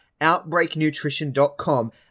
outbreaknutrition.com